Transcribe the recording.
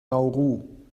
nauru